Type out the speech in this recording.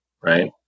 right